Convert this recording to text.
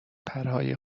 پرهای